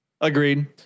Agreed